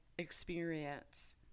experience